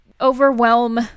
overwhelm